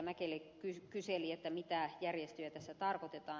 mäkelä kyseli mitä järjestöjä tässä tarkoitetaan